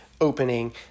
opening